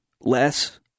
less